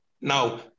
Now